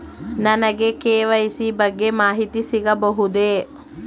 ನನಗೆ ಕೆ.ವೈ.ಸಿ ಬಗ್ಗೆ ಮಾಹಿತಿ ಸಿಗಬಹುದೇ?